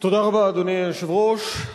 אדוני היושב-ראש,